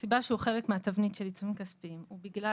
הסיבה שהוא חלק מהתבנית של עיצומים כספיים הוא בגלל